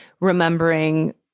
remembering